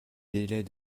délais